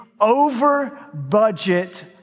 over-budget